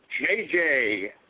JJ